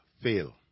fail